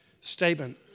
statement